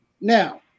Now